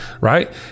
Right